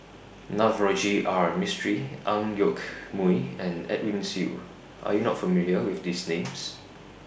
Navroji R Mistri Ang Yoke Mooi and Edwin Siew Are YOU not familiar with These Names